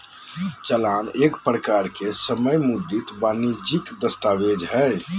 चालान एक प्रकार के समय मुद्रित वाणिजियक दस्तावेज हय